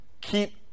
keep